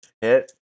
hit